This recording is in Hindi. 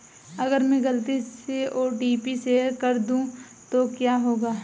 अगर मैं गलती से ओ.टी.पी शेयर कर दूं तो क्या होगा?